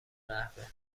قهوه